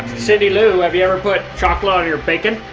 cindy lou, have you ever put chocolate on your bacon?